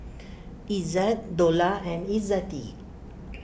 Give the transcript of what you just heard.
Izzat Dollah and Izzati